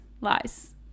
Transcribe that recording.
Lies